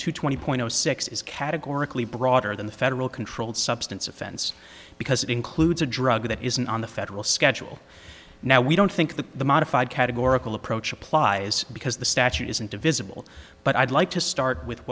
two twenty point zero six is categorically broader than the federal controlled substance offense because it includes a drug that isn't on the federal schedule now we don't think that the modified categorical approach applies because the statute isn't a visible but i'd like to start with